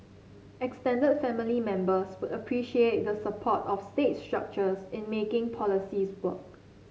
extended family members would appreciate the support of state structures in making policies work